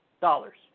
dollars